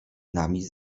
nami